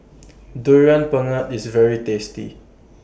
Durian Pengat IS very tasty